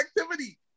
activity